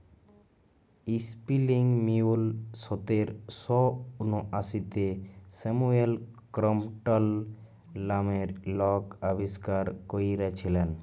spinning mule সতের শ উনআশিতে স্যামুয়েল ক্রম্পটল লামের লক আবিষ্কার ক্যইরেছিলেল